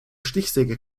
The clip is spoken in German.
stichsäge